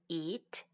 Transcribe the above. eat